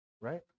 right